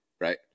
right